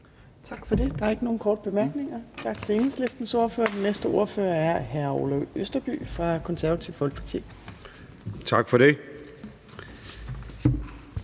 Tak for det. Der er ikke nogen korte bemærkninger, og tak til Enhedslistens ordfører. Den næste ordfører er hr. Orla Østerby, Konservative Folkeparti. Kl.